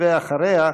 אחריה,